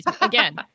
Again